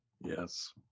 yes